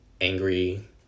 angry